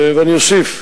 ואני אוסיף,